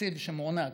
תקציב שמוענק,